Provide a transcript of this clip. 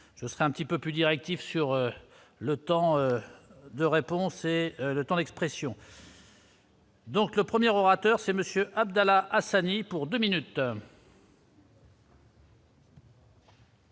je serais un petit peu plus directive sur le temps de réponse, c'est le temps d'expression. Donc le 1er orateur c'est Monsieur Abdallah Hassani pour 2 minutes.